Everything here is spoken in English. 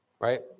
right